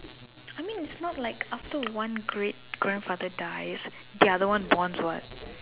I mean it's not like after one great grandfather dies the other one borns what